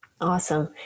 Awesome